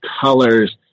colors